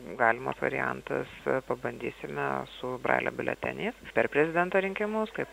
galimas variantas pabandysime su bralio biuleteniais per prezidento rinkimus kaip